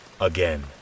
again